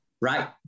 right